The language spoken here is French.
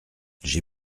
j’ai